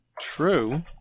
true